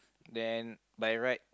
then by right